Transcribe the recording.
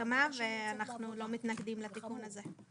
בהסכמה ואנחנו לא מתנגדים לתיקון הזה.